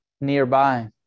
nearby